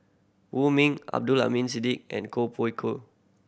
Wong Ming Abdul Aleem and Koh Pui Koh